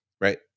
right